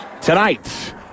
Tonight